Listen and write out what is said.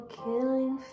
killing